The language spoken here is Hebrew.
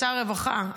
שר הרווחה,